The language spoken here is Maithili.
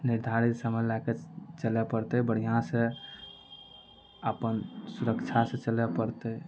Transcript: निर्धारित समय लऽ कऽ चलए पड़तै बढ़िऑं सऽ अपन सुरक्षा सऽ चलए पड़तै